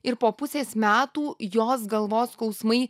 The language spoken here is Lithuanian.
ir po pusės metų jos galvos skausmai